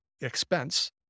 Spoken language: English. expense